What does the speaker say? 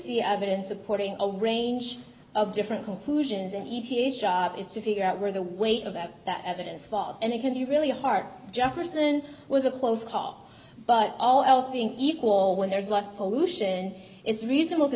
see evidence supporting a range of different conclusions and e t s job is to figure out where the weight of that that evidence falls and it can be really hard jefferson was a close call but all else being equal when there's less pollution it's reasonable to